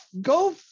go